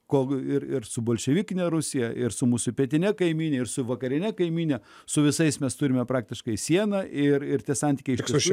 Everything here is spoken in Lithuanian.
kol ir ir su bolševikine rusija ir su mūsų pietine kaimyne ir su vakarine kaimyne su visais mes turime praktiškai sieną ir ir tie santykiai liks už